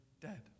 dead